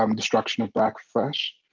um destruction of black flesh.